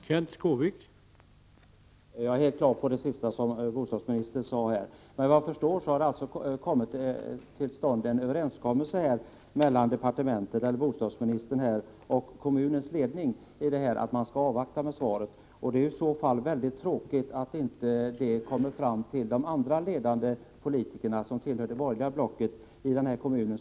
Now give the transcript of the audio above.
Herr talman! Jag är helt på det klara med det som bostadsministern sist sade. Men såvitt jag förstår har man kommit fram till en överenskommelse mellan departementet, bostadsministern och kommunens ledning att man skall avvakta med svaret. Det är mycket tråkigt att ett besked härom inte har kommit fram till de ledande politikerna i det borgerliga blocket i kommunen.